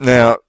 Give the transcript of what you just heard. Now